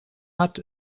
hat